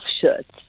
shirts